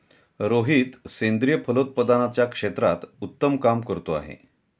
रोहित सेंद्रिय फलोत्पादनाच्या क्षेत्रात उत्तम काम करतो आहे